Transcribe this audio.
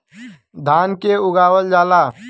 धान के उगावल जाला